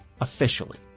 officially